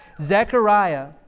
Zechariah